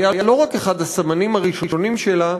והיה לא רק אחד הסמנים הראשונים שלה,